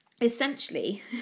Essentially